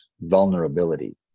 vulnerability